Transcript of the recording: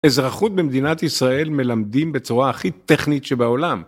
אזרחות במדינת ישראל מלמדים בצורה הכי טכנית שבעולם.